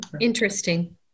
Interesting